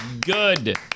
Good